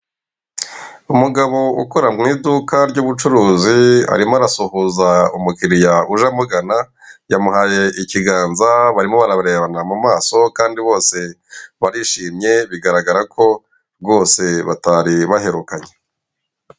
Umugabo ukora mu iduka ry'ubucuruzi, arimo arasuhuza umukiriya uje amugana, yamuhaye ikiganza barimo bararebana mu maso, kandi bose barishimye, biragaragara ko bose batari baherukanye.